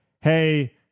hey